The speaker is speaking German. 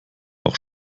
auch